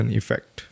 effect